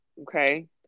okay